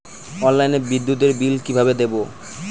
অনলাইনে বিদ্যুতের বিল কিভাবে দেব?